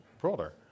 broader